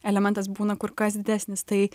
elementas būna kur kas didesnis tai